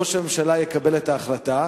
ראש הממשלה יקבל את ההחלטה.